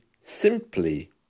simply